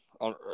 on